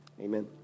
Amen